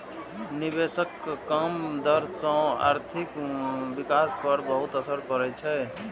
निवेशक कम दर सं आर्थिक विकास पर बहुत असर पड़ै छै